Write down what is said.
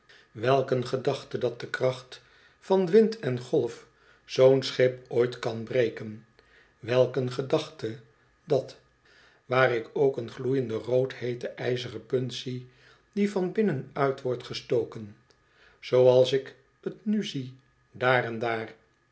welk een gedachte dat de kracht van wind en golf zoo'n schip ooit kan breken welk een gedachte dat waar ik ook een gloeiende rood heet ijzeren punt zie die van binnen uit wordt gestoken zooals ik t nu zie daar en daarl